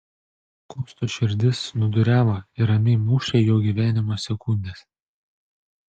kosto širdis snūduriavo ir ramiai mušė jo gyvenimo sekundes